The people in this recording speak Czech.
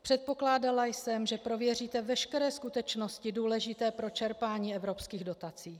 Předpokládala jsem, že prověříte veškeré skutečnosti důležité pro čerpání evropských dotací.